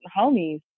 homies